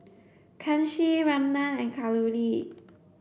Kanshi Ramnath and Kalluri